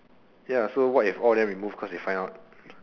ya so what if all of them remove because they find out